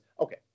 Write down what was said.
okay